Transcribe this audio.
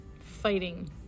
fighting